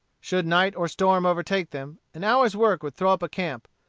should night or storm overtake them, an hour's work would throw up a camp,